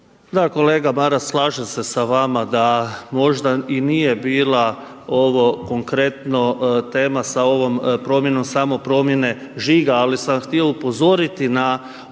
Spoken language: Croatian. kolega Maras, slažem se sa vama da možda i nije bila ovo konkretno tema sa ovom promjenom samo promjene žiga. Ali sam htio upozoriti na